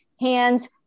hands